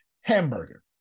hamburger